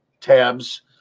tabs